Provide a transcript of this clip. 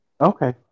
Okay